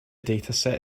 dataset